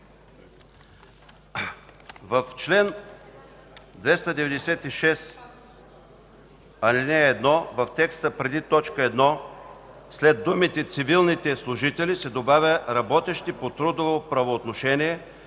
В чл. 296, ал. 1 в текста преди т. 1 след думите „цивилните служители” се добавя „работещи по трудово правоотношение